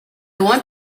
want